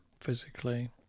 physically